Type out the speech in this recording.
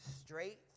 ...straight